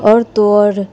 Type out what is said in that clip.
اور تو اور